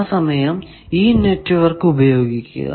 ആ സമയം ഈ നെറ്റ്വർക്ക് ഉപയോഗിക്കുക